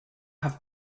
have